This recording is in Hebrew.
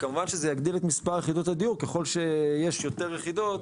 כמובן שזה יגביר את מספר יחידות הדיור ככל שיש יותר יחידות,